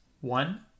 One